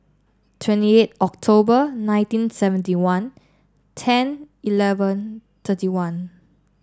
twenty eight October nineteen seventy one ten eleven thirty one